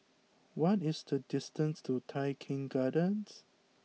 what is the distance to Tai Keng Gardens